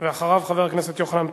אחריו, חבר הכנסת יוחנן פלסנר.